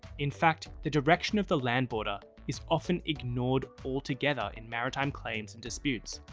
in fact, the direction of the land border is often ignored altogether in maritime claims and disputes.